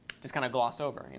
just kind of gloss over, you know?